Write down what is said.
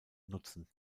nutzen